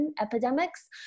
epidemics